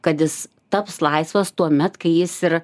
kad jis taps laisvas tuomet kai jis ir